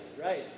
right